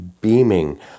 beaming